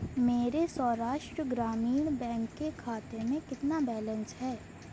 میرے سوراشٹر گرامین بینک کے خاتے میں کتنا بیلنس ہے